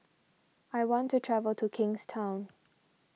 I want to travel to Kingstown